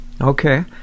Okay